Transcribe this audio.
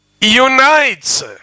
unites